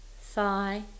thigh